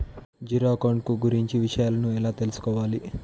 Zero account కు గురించి విషయాలను ఎలా తెలుసుకోవాలి?